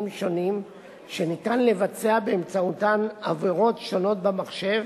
שונים שאפשר לבצע באמצעותם עבירות שונות במחשב